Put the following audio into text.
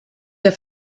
der